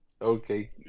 okay